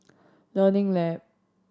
Learning Lab